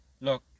look